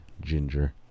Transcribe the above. ginger